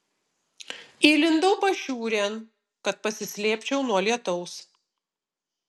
įlindau pašiūrėn kad pasislėpčiau nuo lietaus